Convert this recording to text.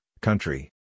country